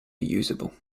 reusable